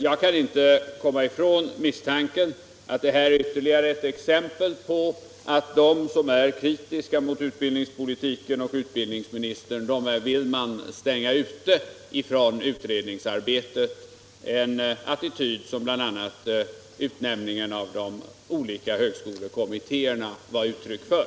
Jag kan inte komma ifrån misstanken att detta är ytterligare ett exempel på att man från utredningsarbetet vill utestänga dem som är kritiska mot utbildningspolitiken och mot utbildningsministern. Det är en attityd som bl.a. utnämningen av de olika högskolekommittéerna gav uttryck för.